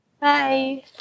Bye